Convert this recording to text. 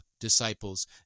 Disciples